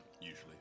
usually